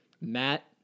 Matt